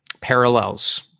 parallels